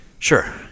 Sure